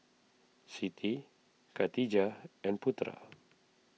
Siti Katijah and Putera